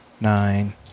Nine